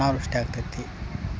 ಐದು ಚಮಚ